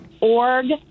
org